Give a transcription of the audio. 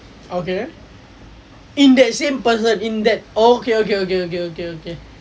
okay in that same person in that okay okay okay okay okay okay